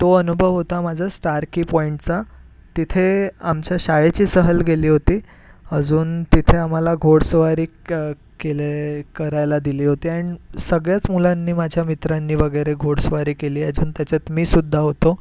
तो अनुभव होता माझा स्टार की पॉइंटचा तिथे आमच्या शाळेची सहल गेली होती अजून तिथे आम्हाला घोडेस्वारी क केले करायला दिली होती अँड सगळ्याच मुलांनी माझ्या मित्रांनी वगैरे घोडेस्वारी केली अजून त्याच्यात मीसुद्धा होतो